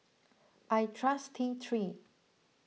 I trust T three